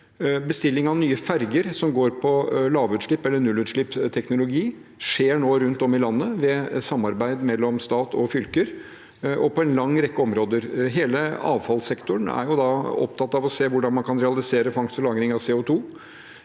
Bestilling av nye ferjer som går på lavutslipps- eller nullutslippsteknologi, skjer nå rundt om i landet ved et samarbeid mellom stat og fylker og på en lang rekke områder. Hele avfallssektoren er opptatt av å se hvordan man kan realisere fangst og lagring av CO2.